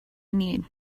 need